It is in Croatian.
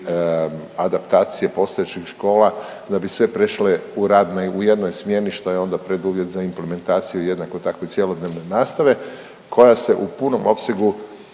adaptacije postojećih škola da bi sve prešle u rad u jednoj smjeni što je onda preduvjet za implementaciju jednako tako i cjelodnevne nastave koja se u punom opsegu